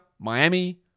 Miami